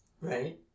Right